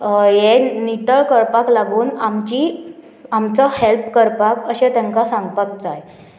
हें नितळ कळपाक लागून आमची आमचो हेल्प करपाक अशें तांकां सांगपाक जाय